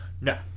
no